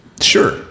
Sure